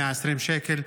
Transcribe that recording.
120 שקל.